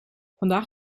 vandaag